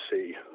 see